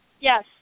Yes